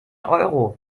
euro